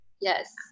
Yes